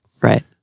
Right